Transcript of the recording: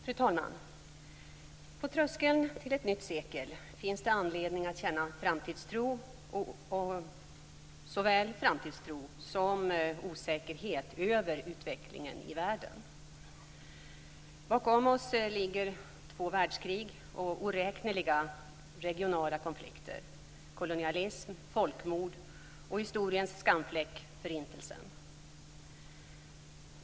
Fru talman! På tröskeln till ett nytt sekel finns det anledning att känna såväl framtidstro som osäkerhet över utvecklingen i världen. Bakom oss ligger två världskrig och oräkneliga regionala konflikter, kolonialism, folkmord och historiens skamfläck - Förintelsen.